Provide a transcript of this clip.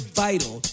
vital